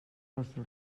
vostre